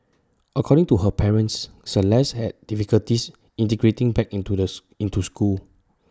according to her parents celeste had difficulties integrating back into this into school